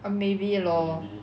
ah maybe lor